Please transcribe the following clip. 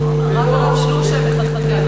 נטויה לכך שהנישואים יהיו כמו של כולם,